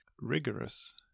rigorous